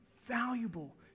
valuable